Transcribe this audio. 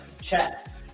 chest